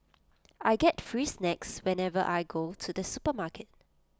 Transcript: I get free snacks whenever I go to the supermarket